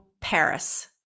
Paris